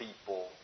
people